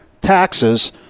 taxes